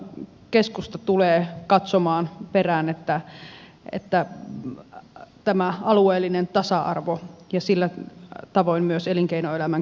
keskusta tulee katsomaan perään että tämä alueellinen tasa arvo ja sillä tavoin myös elinkeinoelämän kytkennät säilyvät